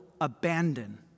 abandon